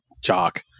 jock